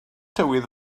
tywydd